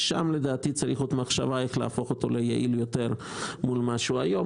שם צריך עוד מחשבה איך להפוך אותו ליעיל יותר מול מה שהוא היום.